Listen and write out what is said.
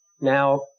Now